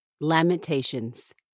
Lamentations